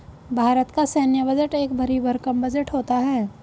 भारत का सैन्य बजट एक भरी भरकम बजट होता है